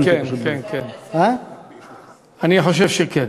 אני חושב שכן.